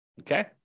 okay